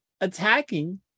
attacking